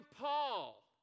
Paul